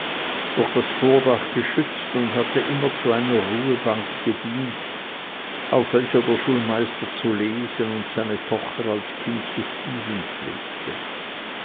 durch das vordach geschützt und hatte immer zu einer ruhebank gedient auf welcher der schulmeister zu lesen und seine tochter als kind zu spielen pflegte